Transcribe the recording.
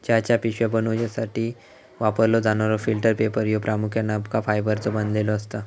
चहाच्या पिशव्या बनवूसाठी वापरलो जाणारो फिल्टर पेपर ह्यो प्रामुख्याने अबका फायबरचो बनलेलो असता